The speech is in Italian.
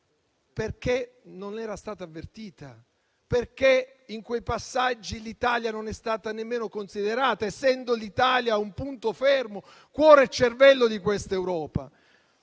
Polonia, non era stata avvertita? Perché in quei passaggi l'Italia non è stata nemmeno considerata, essendo l'Italia un punto fermo, cuore e cervello di questa Europa?